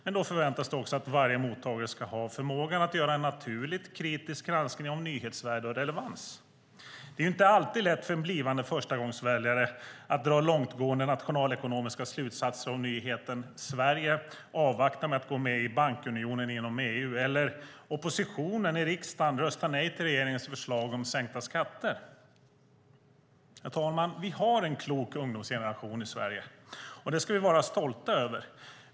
Men då förväntas det också att varje mottagare har förmåga att göra en naturligt kritisk granskning av nyhetsvärde och relevans. Det är inte alltid lätt för en blivande förstagångsväljare att dra långtgående nationalekonomiska slutsatser om nyheter som att Sverige avvaktar med att gå med i bankunionen inom EU eller att oppositionen i riksdagen röstar nej till regeringens förslag om sänkta skatter. Herr talman! Vi har en klok ungdomsgeneration, och det ska vi vara stolta över.